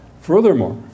Furthermore